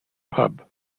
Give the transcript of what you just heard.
pub